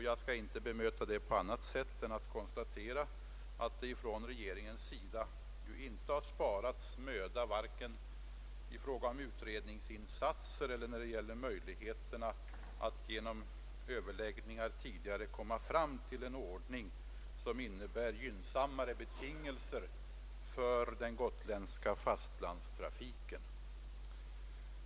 Jag skall inte bemöta detta på annat sätt än genom att konstatera att regeringen inte har sparat möda vare sig i fråga om utredningsinsatser eller när det gäller möjligheterna att genom överläggningar tidigare komma fram till en ordning som innebär gynnsammare betingelser för den gotländska fastlandstrafiken.